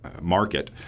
market